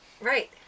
Right